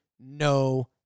no